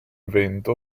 vento